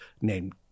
named